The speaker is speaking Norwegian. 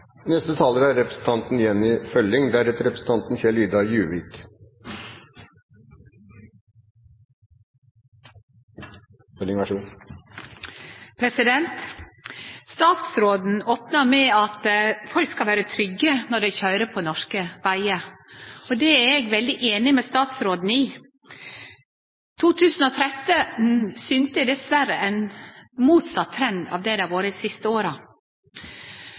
Statsråden opna med å seie at folk skal vere trygge når dei køyrer på norske vegar, og det er eg veldig einig med statsråden i. 2013 synte dessverre ein motsett trend av det det har vore dei siste åra.